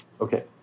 Okay